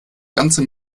ganze